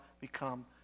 become